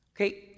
Okay